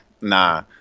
Nah